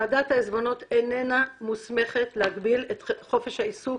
ועדת העיזבונות איננה מוסמכת להגביל את חופש העיסוק